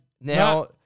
now